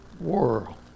world